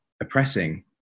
oppressing